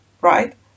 right